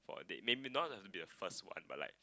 for they maybe not have to be the first one but like